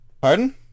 Pardon